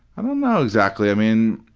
um um know, exactly. i mean,